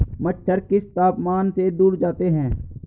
मच्छर किस तापमान से दूर जाते हैं?